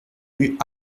rue